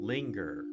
Linger